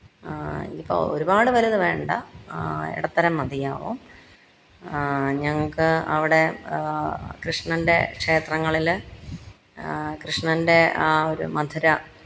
ഇതിപ്പോൾ ഒരുപാട് വലുത് വേണ്ട ഇടത്തരം മതിയാവും ഞങ്ങൾക്ക് അവിടെ കൃഷ്ണന്റെ ക്ഷേത്രങ്ങളിൽ കൃഷ്ണന്റെ ആ ഒരു മധുര